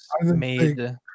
made